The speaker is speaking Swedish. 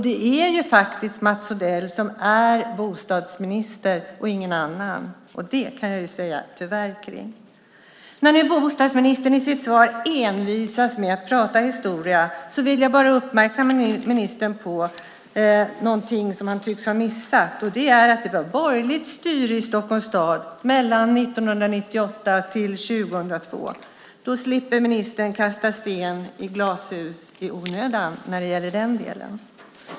Det är faktiskt Mats Odell och ingen annan som är bostadsminister - tyvärr. När bostadsministern i sitt svar envisas med att prata om historia vill jag göra ministern uppmärksam på någonting som han tycks ha missat, nämligen att det var borgerligt styre i Stockholms stad åren 1998-2002. Därmed slipper ministern i den delen i onödan kasta sten i glashus.